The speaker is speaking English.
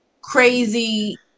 Crazy